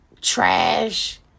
trash